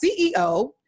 CEO